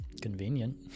convenient